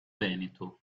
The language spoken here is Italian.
veneto